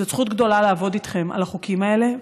זאת זכות גדולה לעבוד אתכם על החוקים האלה.